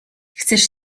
chcesz